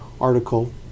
article